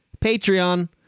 Patreon